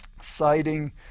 citing